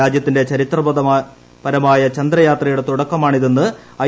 രാജ്യത്തിന്റെ ചരിത്രപരമായ ചന്ദ്രയാത്രയുടെ തുടക്കമാണിതെന്ന് ഐ